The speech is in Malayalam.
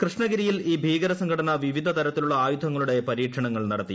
കൃഷ്ണഗിരിയിൽ ഈ ഭീകരസംഘടന വിവിധ തരത്തിലുള്ള ആയുധങ്ങളുടെ പരീക്ഷണങ്ങൾ നടത്തി